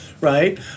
right